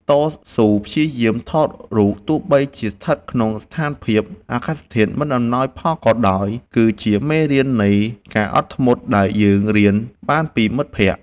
តស៊ូព្យាយាមថតរូបទោះបីជាស្ថិតក្នុងស្ថានភាពអាកាសធាតុមិនអំណោយផលក៏ដោយគឺជាមេរៀននៃការអត់ធ្មត់ដែលយើងរៀនបានពីមិត្តភក្តិ។